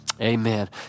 amen